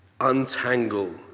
untangle